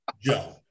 Joe